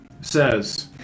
says